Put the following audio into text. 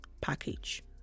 package